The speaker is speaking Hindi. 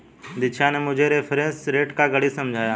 दीक्षा ने मुझे रेफरेंस रेट का गणित समझाया